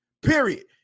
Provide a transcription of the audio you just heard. period